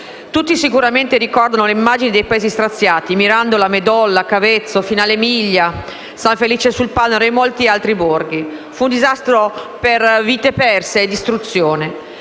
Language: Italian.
Tutti sicuramente ricordano le immagini dei paesi straziati: Mirandola, Medolla, Cavezzo, Finale Emilia, San Felice sul Panaro e molti altri borghi. Fu un disastro per vite perse e distruzione.